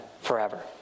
forever